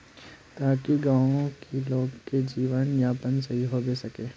ताकि गाँव की लोग के जीवन यापन सही होबे सके?